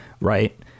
right